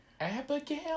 abigail